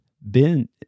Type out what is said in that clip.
Ben